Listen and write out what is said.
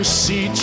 see